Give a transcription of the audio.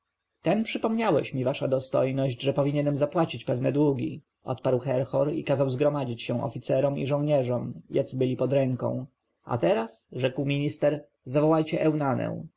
przypomniałeś mi wasza dostojność że powinienem zapłacić pewne długi odparł herhor i kazał zgromadzić się oficerom i żołnierzom jacy byli pod ręką a teraz rzekł minister zawołajcie eunanę